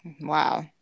Wow